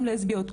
גם לסביות,